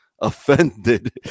offended